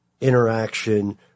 interaction